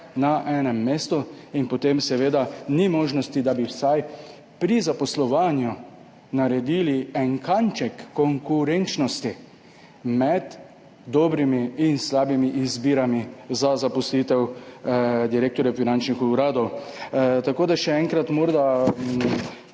na enem mestu in potem seveda ni možnosti, da bi vsaj pri zaposlovanju naredili en kanček konkurenčnosti med dobrimi in slabimi izbirami za zaposlitev direktorjev finančnih uradov. Tako da, še enkrat,